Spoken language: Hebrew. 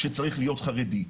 כי חודש לאחר שנבחרתי לתפקידי,